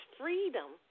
freedom